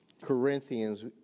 Corinthians